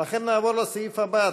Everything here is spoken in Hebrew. לכן נעבור לסעיף הבא.